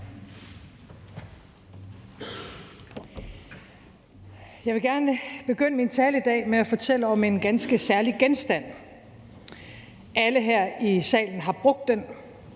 Jeg vil gerne begynde min tale i dag med at fortælle om en ganske særlig genstand. Alle her i salen har brugt den.